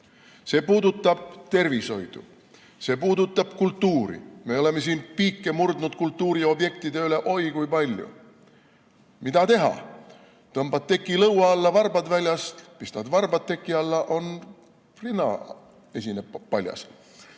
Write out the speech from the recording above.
See puudutab tervishoidu, see puudutab kultuuri. Me oleme siin piike murdnud kultuuriobjektide üle oi kui palju. Mida teha? Kui tõmbad teki lõua alla, siis on varbad väljas, kui pistad varbad teki alla, siis on rinnaesine paljas.